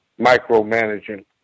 micromanaging